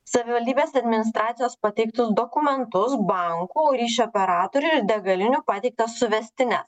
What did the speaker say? savivaldybės administracijos pateiktus dokumentus banko ryšio operatorių ir degalinių pateiktas suvestines